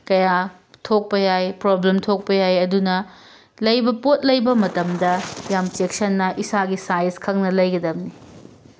ꯀꯌꯥ ꯊꯣꯛꯄ ꯌꯥꯏ ꯄ꯭ꯔꯣꯕ꯭ꯂꯦꯝ ꯊꯣꯛꯄ ꯌꯥꯏ ꯑꯗꯨꯅ ꯂꯩꯕ ꯄꯣꯠ ꯂꯩꯕ ꯃꯇꯝꯗ ꯌꯥꯝ ꯆꯦꯛꯁꯤꯟꯅ ꯏꯁꯥꯒꯤ ꯁꯥꯏꯁ ꯈꯪꯅ ꯂꯩꯒꯗꯕꯅꯤ